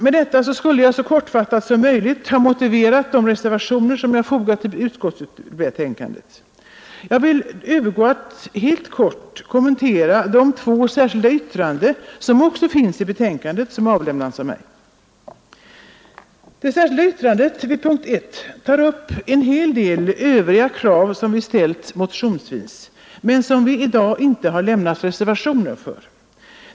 Med detta skulle jag så kortfattat som möjligt ha motiverat de reservationer jag fogat till utskottsbetänkandet. Jag vill nu övergå till att helt kort kommentera de två särskilda yttranden av mig som också finns i betänkandet. Det särskilda yttrandet vid punkten 1 tar upp en hel del övriga krav, som vi har ställt motionsvis men som vi i dag inte har lämnat reservationer för.